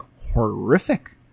horrific